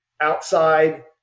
outside